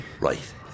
Right